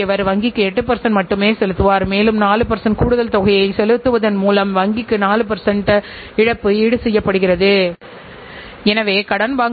எனவே இறுதியாக வெவ்வேறு துணை இலக்குகள் செயல்திறனை மதிப்பிடுவதற்கு வெவ்வேறு இலக்குகளையும் மற்றும் வெவ்வேறு வரையறைகளையும் உருவாக்குகின்றன